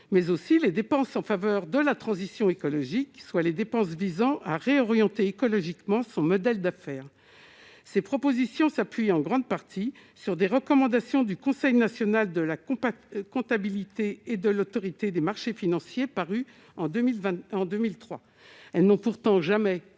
mais aussi les dépenses en faveur de la transition écologique qui soit : les dépenses visant à réorienter écologiquement son modèle d'affaires ces propositions s'appuie en grande partie sur des recommandations du Conseil national de la compacte, comptabilité et de l'Autorité des marchés financiers, paru en 2020 en 2003, elles n'ont pourtant jamais